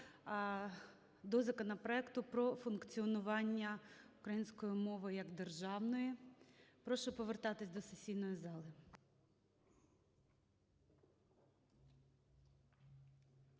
до законопроекту про функціонування української мови як державної. Прошу повертатись до сесійної зали.